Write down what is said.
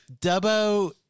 Dubbo